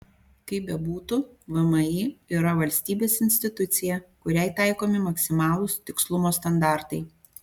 kaip bebūtų vmi yra valstybės institucija kuriai taikomi maksimalūs tikslumo standartai